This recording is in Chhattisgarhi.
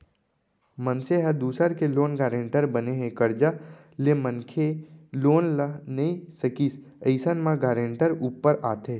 मनसे ह दूसर के लोन गारेंटर बने हे, करजा ले मनखे लोन ल नइ सकिस अइसन म गारेंटर ऊपर आथे